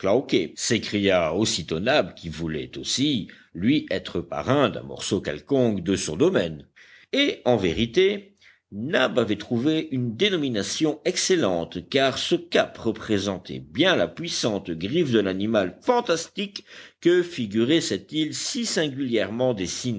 s'écria aussitôt nab qui voulait aussi lui être parrain d'un morceau quelconque de son domaine et en vérité nab avait trouvé une dénomination excellente car ce cap représentait bien la puissante griffe de l'animal fantastique que figurait cette île si singulièrement